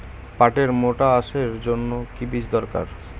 পাটের মোটা আঁশের জন্য কোন বীজ দরকার?